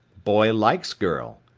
boy likes girl.